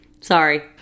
sorry